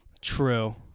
True